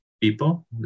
people